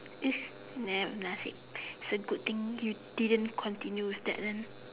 if nah nothing it's a good thing you didn't continue with that then